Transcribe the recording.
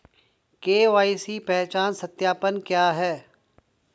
KYC पहचान सत्यापन क्या है?